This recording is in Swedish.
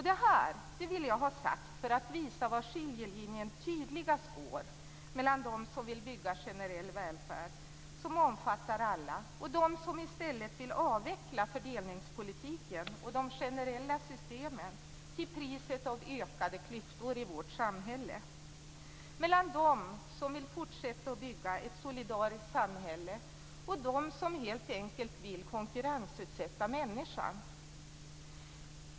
Det här vill jag ha sagt för att visa var skiljelinjen tydligast går mellan dem som vill bygga generell välfärd som omfattar alla och dem som i stället vill avveckla fördelningspolitiken och de generella systemen, till priset av ökade klyftor i vårt samhälle, mellan dem som vill fortsätta att bygga ett solidariskt samhälle och dem som helt enkelt vill konkurrensutsätta människan.